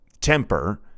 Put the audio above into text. temper